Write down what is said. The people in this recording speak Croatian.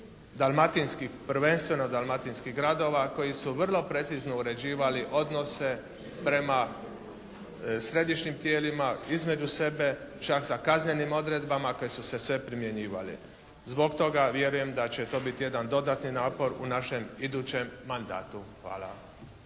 dalmatinskih, prvenstveno dalmatinskih gradova koji su vrlo precizno uređivali odnose prema središnjim tijelima, između sebe, ča sa kaznenim odredbama koje su se sve primjenjivale. Zbog toga vjerujem da će to biti jedan dodatni napor u našem idućem mandatu. Hvala.